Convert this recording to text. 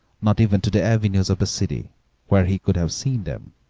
not even to the avenues of the city where he could have seen them.